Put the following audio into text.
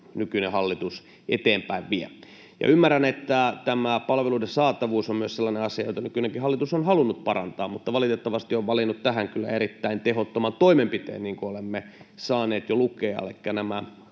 nykyinen hallitus eteenpäin vie. Ymmärrän, että tämä palveluiden saatavuus on myös sellainen asia, jota nykyinenkin hallitus on halunnut parantaa, mutta valitettavasti on valinnut tähän kyllä erittäin tehottoman toimenpiteen, niin kuin olemme saaneet jo lukea. Elikkä nämä